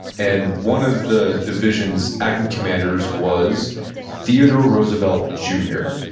and one of the division's acting commanders was theodore roosevelt jr.